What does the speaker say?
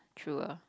true ah